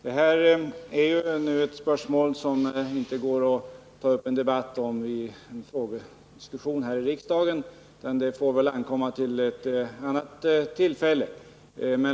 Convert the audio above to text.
Det är ett spörsmål som inte går att ta upptill debatt i en sådan här frågediskussion, utan det får väl anstå till ett senare tillfälle.